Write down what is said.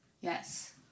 Yes